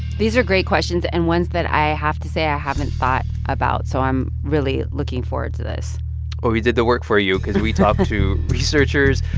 these are great questions, and ones that i have to say i haven't thought about, so i'm really looking forward to this well, we did the work for you. because we talked to researchers,